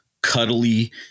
cuddly